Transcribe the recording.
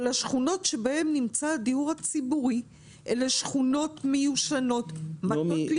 אבל השכונות שבהן נמצא הדיור הציבורי הן מיושנות מטות ליפול.